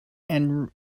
and